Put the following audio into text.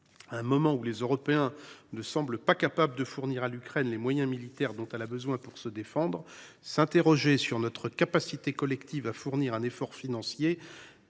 un moment où les Européens ne semblent pas capables de fournir à l’Ukraine les moyens militaires dont elle a besoin pour se défendre, comment ne pas s’interroger sur notre capacité collective à consentir un tel effort financier